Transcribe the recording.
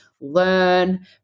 learn